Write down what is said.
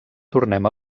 tornem